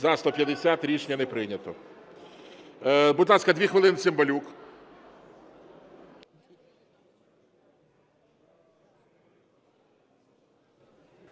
За-150 Рішення не прийнято. Будь ласка, 2 хвилини – Цимбалюк.